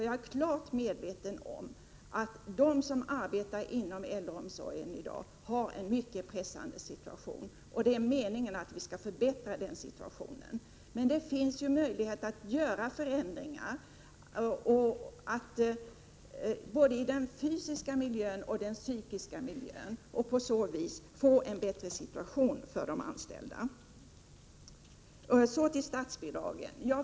Jag är klart medveten om att de som arbetar inom äldreomsorgen i dag har en mycket pressande situation, och det är meningen att vi skall förbättra den. Men det finns ju möjlighet att göra förändringar både i den fysiska och den psykiska miljön och på så vis få en bättre situation för de anställda. Så till statsbidragen.